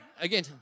again